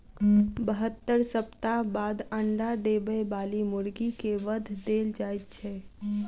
बहत्तर सप्ताह बाद अंडा देबय बाली मुर्गी के वध देल जाइत छै